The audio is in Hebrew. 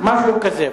משהו כזה.